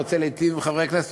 רוצה להיטיב עם חברי הכנסת,